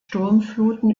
sturmfluten